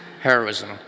heroism